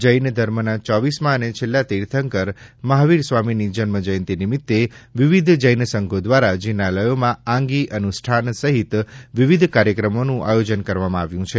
જૈન ધર્મના ચોવીસમાં અને છેલ્લા તીર્થકર મહાવીર સ્વામીની જન્મજયંતી નિમિત્તે વિવિધ જૈન સંધો દ્વારા જિનાલયોમાં આંગી અનુષ્ઠાન સહિત વિવિધ કાર્યક્રમોનું આયોજન કરવામાં આવ્યું છે